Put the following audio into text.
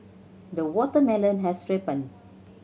the watermelon has ripened